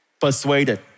persuaded